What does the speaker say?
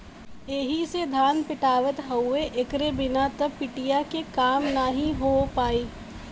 एही से धान पिटात हउवे एकरे बिना त पिटिया के काम नाहीं हो पाई